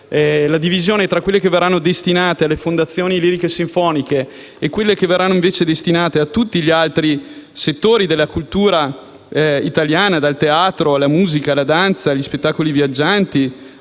(FUS) tra quelle che verranno destinate alle fondazioni lirico-sinfoniche e quelle che verranno, invece, destinate a tutti gli altri settori della cultura italiana, dal teatro alla musica, alla danza, agli spettacoli viaggianti,